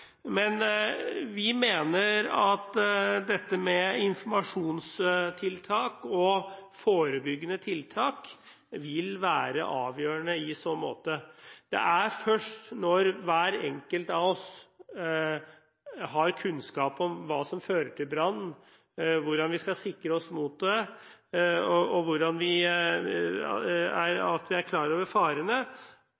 Vi mener at informasjonstiltak og forebyggende tiltak vil være avgjørende i så måte. Det er først når hver enkelt av oss har kunnskap om hva som fører til brann, hvordan vi skal sikre oss mot det, og at vi er